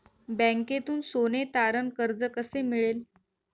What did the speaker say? बँकेतून सोने तारण कर्ज कसे मिळेल?